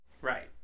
Right